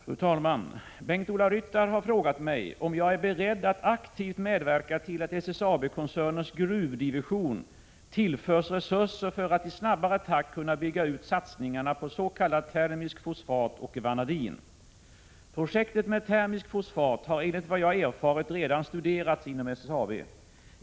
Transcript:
Fru talman! Bengt-Ola Ryttar har frågat mig om jag är beredd att aktivt medverka till att SSAB-koncernens gruvdivision tillförs resurser för att i snabbare takt kunna bygga ut satsningarna på s.k. termiskt fosfat och vanadin. Projektet med termiskt fosfat har enligt vad jag erfarit redan studerats inom SSAB.